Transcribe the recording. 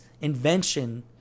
invention